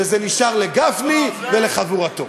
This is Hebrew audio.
וזה נשאר לגפני ולחבורתו.